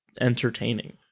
entertaining